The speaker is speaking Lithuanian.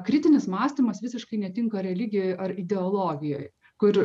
kritinis mąstymas visiškai netinka religijoj ar ideologijoj kur